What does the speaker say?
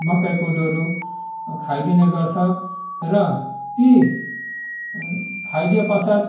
मकै कोदोहरू खाइदिने गर्छ र ती खाइदिएपश्चात